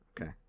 Okay